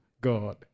God